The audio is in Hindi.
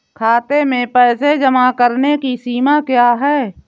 खाते में पैसे जमा करने की सीमा क्या है?